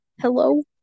Hello